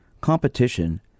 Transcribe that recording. Competition